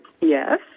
yes